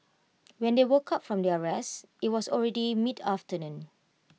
when they woke up from their rest IT was already mid afternoon